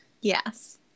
Yes